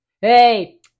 Hey